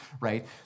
right